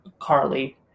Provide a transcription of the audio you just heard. Carly